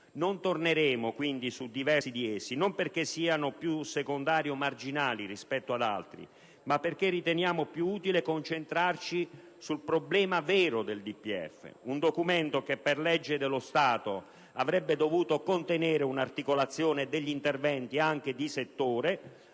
Non torneremo quindi su diversi di essi, non perché siano più secondari o marginali rispetto ad altri, ma perché riteniamo più utile concentrarsi sul problema vero del DPEF: un Documento che, per legge dello Stato, avrebbe dovuto contenere un'articolazione degli interventi, anche di settore,